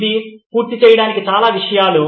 ఇది పూర్తి చేయడానికి చాలా విషయాలు